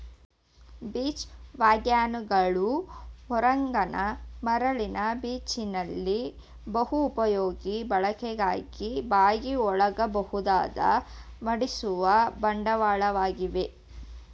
beach ವ್ಯಾಗನ್ಗಳು ಹೊರಾಂಗಣ ಮರಳಿನ ಬೀಚಲ್ಲಿ ಬಹುಪಯೋಗಿ ಬಳಕೆಗಾಗಿ ಬಾಗಿಕೊಳ್ಳಬಹುದಾದ ಮಡಿಸುವ ಬಂಡಿಗಳಾಗಿವೆ